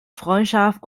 freundschaft